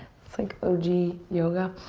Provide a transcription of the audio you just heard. that's like o g. yoga.